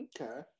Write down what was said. Okay